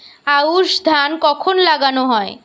আউশ ধান কখন লাগানো হয়?